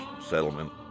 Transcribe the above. settlement